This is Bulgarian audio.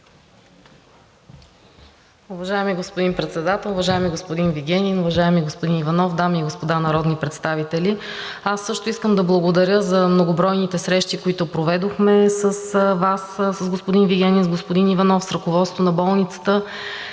Уважаеми господин Председател, уважаеми господин Вигенин, уважаеми господин Иванов, дами и господа народни представители! Аз също искам да благодаря за многобройните срещи, които проведохме с Вас, с господин Вигенин, с господин Иванов, с ръководството на болницата.